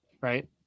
right